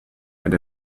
eine